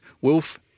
Wolf